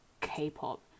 k-pop